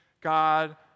God